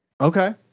Okay